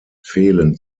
fehlen